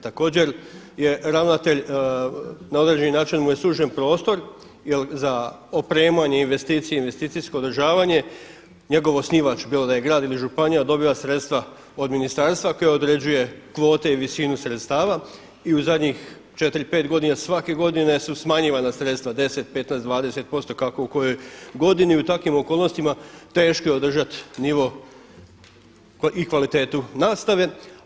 Također je ravnatelj na određeni način mu je sužen prostor jer za opremanje, investicije, investicijsko održavanje njegov osnivač bilo da je grad ili županija dobiva sredstva od ministarstva koji određuje kvote i visinu sredstava i u zadnjih 4, 5 godine svake godine su smanjivana sredstva 10, 15, 20% kako u kojoj godini i u takvim okolnostima teško je održati nivo i kvalitetu nastave.